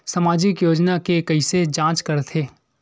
सामाजिक योजना के कइसे जांच करथे?